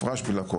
--- שלי על הכול".